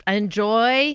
enjoy